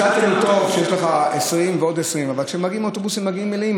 השאטל הוא טוב כשיש לך 20 ועוד 20. אבל כשמגיעים אוטובוסים מלאים,